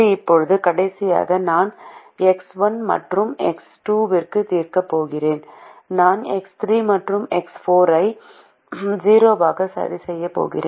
இப்போது கடைசியாக நான் எக்ஸ் 1 மற்றும் எக்ஸ் 2 க்கு தீர்க்கப் போகிறேன் நான் எக்ஸ் 3 மற்றும் எக்ஸ் 4 ஐ 0 ஆக சரிசெய்யப் போகிறேன்